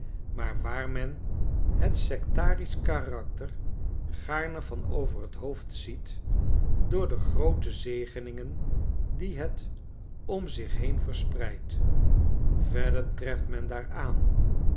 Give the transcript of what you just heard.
maar waar men het sektarisch karakter gaarne van over t hoofd ziet door de groote zegeningen die het om zich heen verspreidt verder treft men daar aan